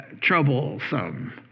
troublesome